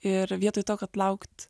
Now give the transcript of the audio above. ir vietoj to kad laukt